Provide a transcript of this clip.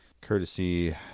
Courtesy